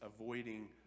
avoiding